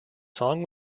song